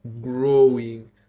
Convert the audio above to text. growing